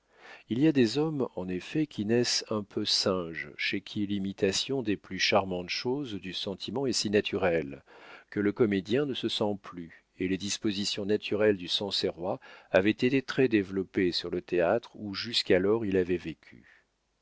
il y a des hommes en effet qui naissent un peu singes chez qui l'imitation des plus charmantes choses du sentiment est si naturelle que le comédien ne se sent plus et les dispositions naturelles du sancerrois avaient été très développées sur le théâtre où jusqu'alors il avait vécu